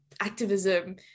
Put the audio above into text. activism